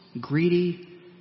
greedy